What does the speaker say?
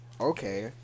Okay